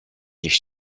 niech